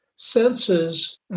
Senses